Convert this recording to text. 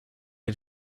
had